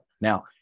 Now